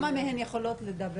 בכמה משפטים.